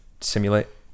simulate